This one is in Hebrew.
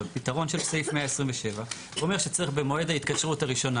פתרון של סעיף 12 שאומר שצריך במועד ההתקשרות הראשונה